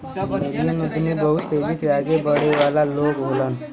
million उद्यमी बहुत तेजी से आगे बढ़े वाला लोग होलन